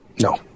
No